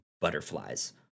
butterflies